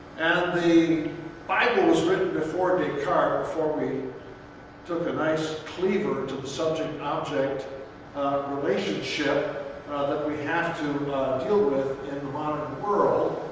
and the bible was written before descartes, before we took a nice cleaver to the subject object relationship that we have to deal with in the modern world.